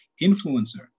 influencer